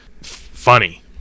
funny